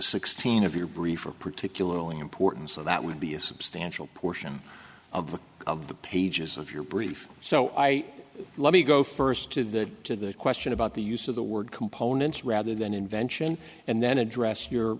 sixteen of your brief are particularly important so that would be a substantial portion of the of the pages of your brief so i let me go first to the question about the use of the word components rather than invention and then address your